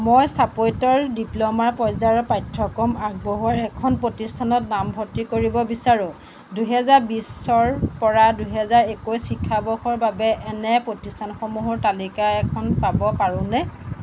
মই স্থাপত্যৰ ডিপ্ল'মা পৰ্যায়ৰ পাঠ্যক্ৰম আগবঢ়োৱা এখন প্ৰতিষ্ঠানত নামভৰ্তি কৰিব বিচাৰোঁ দুই হেজাৰ বিছৰ পৰা দুই হাজাৰ একৈছ শিক্ষা বৰ্ষৰ বাবে এনে প্ৰতিষ্ঠানসমূহৰ তালিকা এখন পাব পাৰোনে